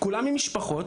כולם עם משפחות,